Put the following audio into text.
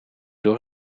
door